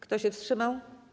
Kto się wstrzymał?